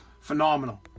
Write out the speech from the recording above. Phenomenal